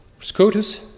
Scotus